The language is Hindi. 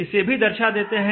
इसे भी दर्शा देते हैं